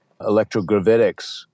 electrogravitics